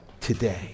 today